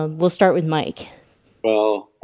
um we'll start with mike well